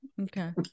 Okay